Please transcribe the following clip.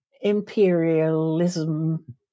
imperialism